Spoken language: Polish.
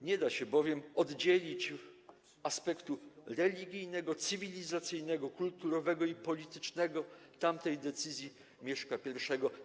Nie da się bowiem oddzielić aspektów religijnego, cywilizacyjnego, kulturowego i politycznego tamtej decyzji Mieszka I.